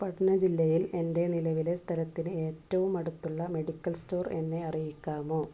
പട്ന ജില്ലയിൽ എൻ്റെ നിലവിലെ സ്ഥലത്തിന് ഏറ്റവും അടുത്തുള്ള മെഡിക്കൽ സ്റ്റോർ എന്നെ അറിയിക്കാമോ